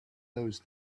those